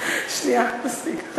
את יודעת, שנייה.